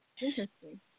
Interesting